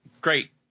great